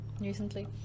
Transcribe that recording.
recently